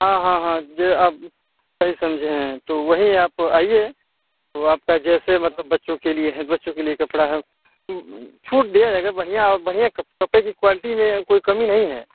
हाँ हाँ हाँ ये अब सही समझे हैं तो वहीं आप आइए तो आपका जैसे मतलब बच्चों के लिए है बच्चों के लिए कपड़ा है छूट दिया जाएगा बढ़िया और बढ़िया कपड़े की क्वालटी में कोई कमी नहीं है